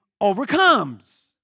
overcomes